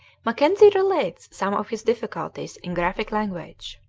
mackenzie relates some of his difficulties in graphic language